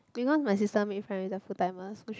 because my sister makes friends with a full timer which is